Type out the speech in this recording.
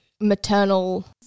maternal –